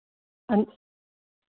हांजी